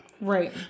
Right